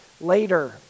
later